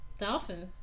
Dolphin